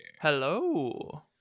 Hello